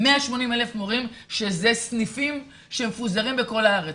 שזה סניפים שמפוזרים בכל הארץ.